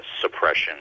suppression